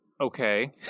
Okay